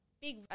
big